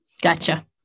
Gotcha